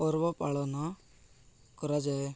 ପର୍ବ ପାଳନ କରାଯାଏ